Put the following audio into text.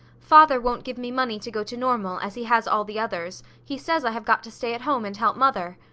father won't give me money to go to normal, as he has all the others. he says i have got to stay at home and help mother.